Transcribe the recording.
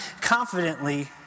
confidently